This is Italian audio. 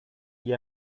gli